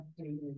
updated